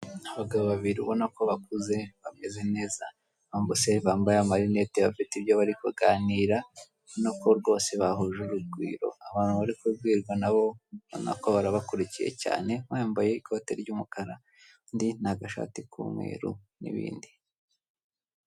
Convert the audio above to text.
Mituweli ni nziza cyane ni ubwisungane mu kwivuza uko bavuga, rero ibi ngibi ni gahunda ya leta ifasha umuntu wese kuba yakivuriza ku mafaranga makeya mu ubushobozi bwe uko bungana, cyane ko muri iyi minsi byabaye akarusho, hagiye mo n'ibintu byinshi, gutanga impyiko, kuvura kanseri n'ibindi.